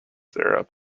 sarah